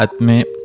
Atme